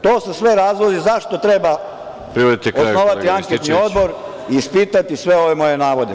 To su sve razlozi zašto treba osnovati anketni odbor i ispitati sve ove moje navode.